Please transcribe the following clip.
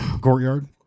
courtyard